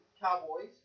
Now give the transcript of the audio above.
Cowboys